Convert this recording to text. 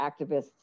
activists